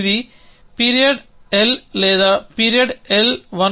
ఇది period L లేదా period L 1